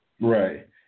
Right